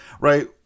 right